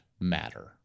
matter